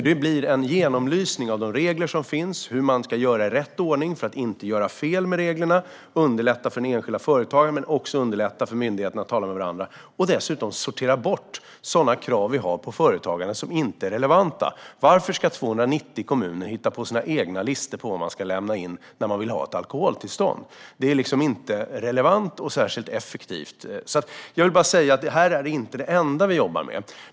Det blir en genomlysning av de regler som finns, av hur man ska göra i rätt ordning för att inte göra fel, underlätta för den enskilda företagaren och underlätta för myndigheterna att tala med varandra. Dessutom ska sådana krav, som inte är relevanta som vi har på företagare sorteras bort. Varför ska 290 kommuner hitta på sina egna listor över vad som ska lämnas in när man vill ha ett alkoholtillstånd? Det är inte relevant och inte särskilt effektivt. Det här är inte det enda vi jobbar med.